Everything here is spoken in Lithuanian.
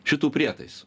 šitų prietaisų